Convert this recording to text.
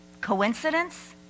Coincidence